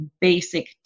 basic